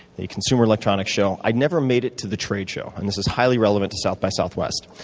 the consumer electronics show. i never made it to the trade show and this is highly relevant to south by southwest.